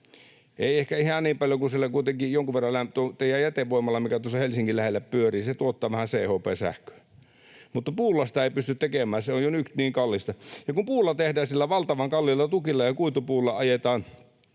siellä kuitenkin jonkun verran... Jätevoimala, mikä tuossa Helsingin lähellä pyörii, tuottaa vaan CHP-sähköä. Mutta puulla sitä ei pysty tekemään, se on jo nyt niin kallista, ja kun puulla tehdään, sillä valtavan kalliilla tukilla ja kuitupuulla ajetaan